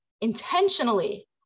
intentionally